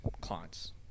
clients